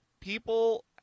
people